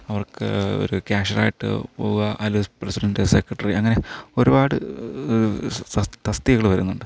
അവർക്ക് ഒരു ക്യാഷിയറായിട്ട് പോവാം അല്ലെങ്കില് പ്രസിഡൻറ്റ് സെക്രട്ടറി അങ്ങനെ ഒരുപാട് സ് തസ്തികകള് വരുന്നുണ്ട്